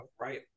right